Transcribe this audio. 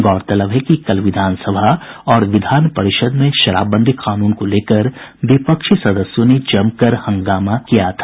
गौरतलब है कि कल विधान सभा और विधान परिषद में शराबबंदी कानून को लेकर विपक्षी सदस्यों ने जमकर हंगामा किया था